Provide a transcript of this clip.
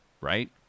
Right